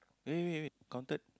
wait wait wait wait counted